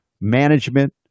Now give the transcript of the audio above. management